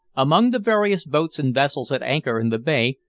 among the various boats and vessels at anchor in the bay,